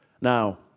Now